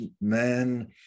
man